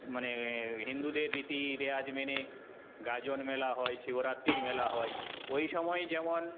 মানে হিন্দুদের রীতি রেওয়াজ মেনে গাজনমেলা হয় শিবরাত্রির মেলা হয় ওইসময়ে যেমন